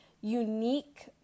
unique